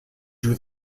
drew